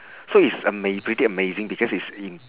so it's ama~ pretty amazing because it's im~